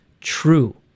true